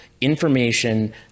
information